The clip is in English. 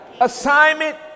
assignment